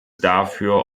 dafür